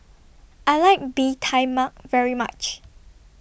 I like Bee Tai Mak very much